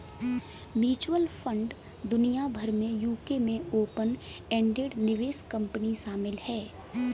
mutual fund दुनिया भर में यूके में ओपन एंडेड निवेश कंपनी शामिल हैं